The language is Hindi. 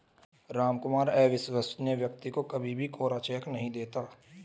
रामकुमार अविश्वसनीय व्यक्ति को कभी भी कोरा चेक नहीं देता